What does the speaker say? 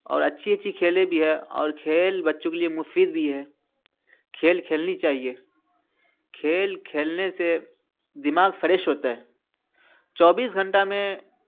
اور اچھی اچھی کھیلے بھی ہیں اور کھیل بچوں کے لیے مفید بھی ہے کھیل کھیلنی چاہیے کھیل کھیلنے سے دماغ فریش ہوتا ہے چوبیس گھنٹہ میں